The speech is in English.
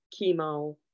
chemo